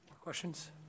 Questions